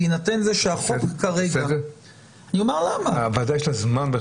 בהינתן זה שהחוק --- לוועדה יש זמן בכלל?